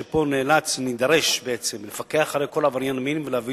שפה נידרש בעצם לפקח על כל עבריין מין ולהביא